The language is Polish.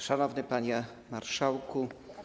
Szanowny Panie Marszałku!